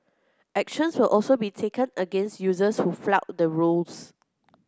actions will also be taken against users who flout the rules